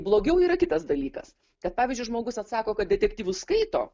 blogiau yra kitas dalykas kad pavyzdžiui žmogus atsako kad detektyvus skaito